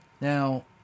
Now